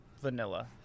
vanilla